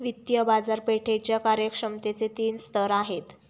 वित्तीय बाजारपेठेच्या कार्यक्षमतेचे तीन स्तर आहेत